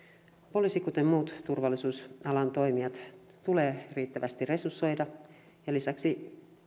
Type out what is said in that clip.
poliisi kuten muut turvallisuusalan toimijat tulee riittävästi resursoida ja lisäksi